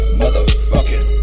motherfucking